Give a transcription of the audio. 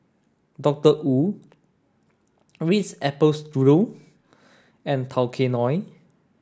Doctor Wu Ritz Apple Strudel and Tao Kae Noi